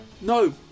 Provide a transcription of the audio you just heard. no